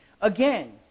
again